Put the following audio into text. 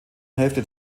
hälfte